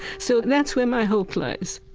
so that's where my hope lies